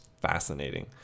fascinating